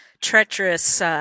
treacherous